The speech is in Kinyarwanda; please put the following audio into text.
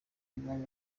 bari